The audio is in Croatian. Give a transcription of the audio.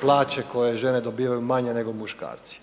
plaće koje žene dobivaju manje nego muškarci.